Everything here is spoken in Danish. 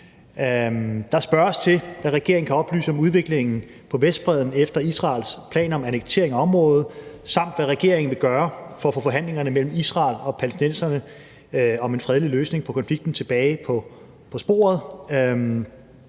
Der spørges til, hvad regeringen kan oplyse om udviklingen på Vestbredden efter Israels planer om annektering af området, samt hvad regeringen vil gøre for at få forhandlingerne mellem Israel og palæstinenserne om en fredelig løsning på konflikten tilbage på sporet.